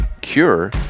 CURE